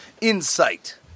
insight